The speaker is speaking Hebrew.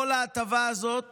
כל ההטבה הזאת